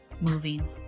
moving